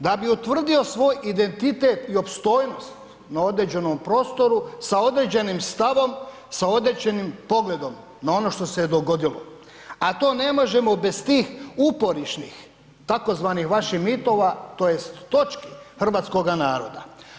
Da bi utvrdio svoj identitet i opstojnost na određenom prostoru sa određenim stavom, sa određenim pogledom na ono što se je dogodilo a to ne možemo bez tih uporišnih, tzv. vaših mitova, tj. točki hrvatskoga naroda.